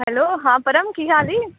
hello ਹਾਂ ਪਰਮ ਕੀ ਹਾਲ ਈ